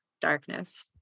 darkness